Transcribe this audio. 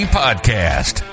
podcast